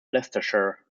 leicestershire